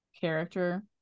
character